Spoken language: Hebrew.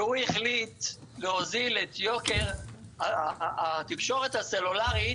שהחליט את יוקר התקשורת הסלולרית.